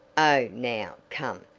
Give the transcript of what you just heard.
oh, now, come.